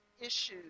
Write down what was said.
issues